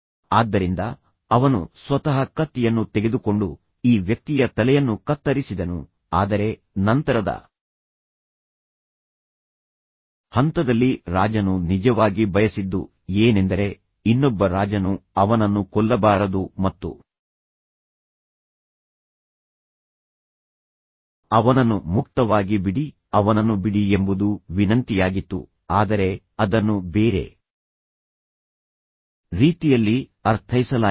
ಆದ್ದರಿಂದ ಅವನು ಸ್ವತಃ ಕತ್ತಿಯನ್ನು ತೆಗೆದುಕೊಂಡು ಈ ವ್ಯಕ್ತಿಯ ತಲೆಯನ್ನು ಕತ್ತರಿಸಿದನು ಆದರೆ ನಂತರದ ಹಂತದಲ್ಲಿ ರಾಜನು ನಿಜವಾಗಿ ಬಯಸಿದ್ದು ಏನೆಂದರೆ ಇನ್ನೊಬ್ಬ ರಾಜನು ಅವನನ್ನು ಕೊಲ್ಲಬಾರದು ಮತ್ತು ಅವನನ್ನು ಮುಕ್ತವಾಗಿ ಬಿಡಿ ಅವನನ್ನು ಬಿಡಿ ಎಂಬುದು ವಿನಂತಿಯಾಗಿತ್ತು ಆದರೆ ಅದನ್ನು ಬೇರೆ ರೀತಿಯಲ್ಲಿ ಅರ್ಥೈಸಲಾಯಿತು